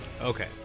Okay